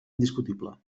indiscutible